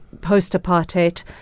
post-apartheid